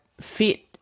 fit